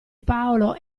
paolo